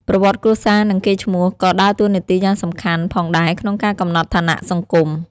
ប្រវត្តិគ្រួសារ និងកេរ្តិ៍ឈ្មោះក៏ដើរតួនាទីយ៉ាងសំខាន់ផងដែរក្នុងការកំណត់ឋានៈសង្គម។